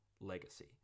legacy